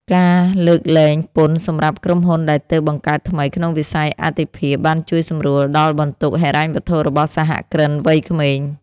ការលើកលែងពន្ធសម្រាប់ក្រុមហ៊ុនដែលទើបបង្កើតថ្មីក្នុងវិស័យអាទិភាពបានជួយសម្រួលដល់បន្ទុកហិរញ្ញវត្ថុរបស់សហគ្រិនវ័យក្មេង។